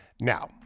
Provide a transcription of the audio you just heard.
Now